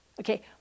Okay